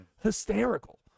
Hysterical